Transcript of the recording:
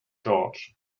george